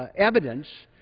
ah evidence,